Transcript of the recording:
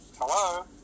hello